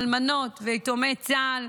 האלמנות ויתומי צה"ל,